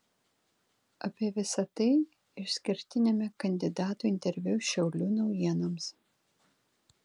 apie visa tai išskirtiniame kandidatų interviu šiaulių naujienoms